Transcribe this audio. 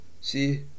see